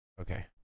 okay